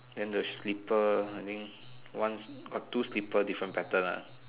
then the slipper I think one got two slipper different pattern ah